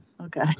Okay